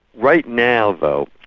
right now though,